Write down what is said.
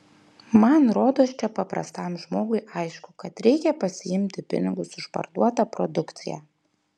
man rodos čia paprastam žmogui aišku kad reikia pasiimti pinigus už parduotą produkciją